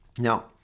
Now